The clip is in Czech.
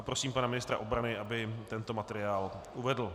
Prosím pana ministra obrany, aby tento materiál uvedl.